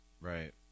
Right